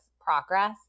progress